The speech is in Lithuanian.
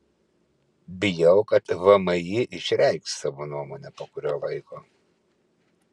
bijau kad vmi išreikš savo nuomonę po kurio laiko